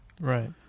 Right